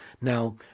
Now